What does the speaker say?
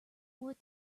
what